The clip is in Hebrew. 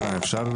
אפשר,